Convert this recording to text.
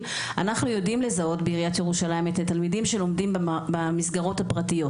יודעים לזהות את התלמידים שלומדים במסגרות הפרטיות.